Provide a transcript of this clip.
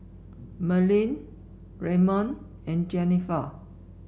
Merlyn Raymon and Jenifer